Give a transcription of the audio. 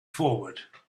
forward